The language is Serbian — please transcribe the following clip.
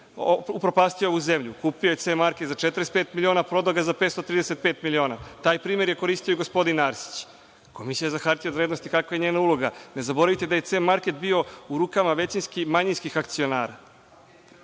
upropastio ovu zemlju? Kupio je „C market“ za 45 miliona, a prodao ga za 535 miliona? Taj primer je koristio i gospodin Arsić. Komisija za hartije od vrednosti, kakva je njena uloga? Ne zaboravite da je „C market“ bio u rukama većinski manjinskih akcionara.